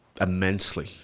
immensely